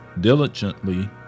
diligently